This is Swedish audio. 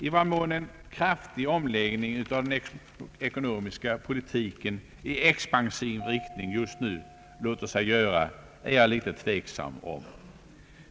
I vad mån en kraftig omläggning av den ekonomiska politiken i expansiv riktning just nu låter sig göra är jag litet tveksam om.